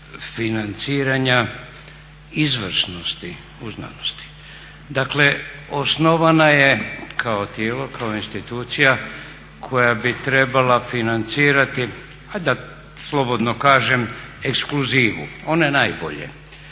financiranja izvrsnosti u znanosti. Dakle, osnovana je kao tijelo, kao institucija koja bi trebala financirati a da slobodno kažem ekskluzivu, ono najbolje.